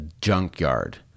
junkyard